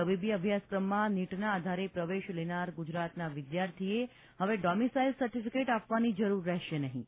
તબીબી અભ્યાસક્રમમાં નીટના આધારે પ્રવેશ લેનાર ગુજરાતના વિદ્યાર્થીએ હવે ડોમીસાઇલ સર્ટિફિકેટ આપવાની જરુર રહેશે નહીં